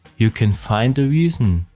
you can find the reason.